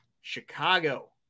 Chicago